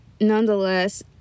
nonetheless